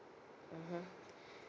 mmhmm